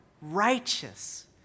righteous